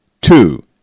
Two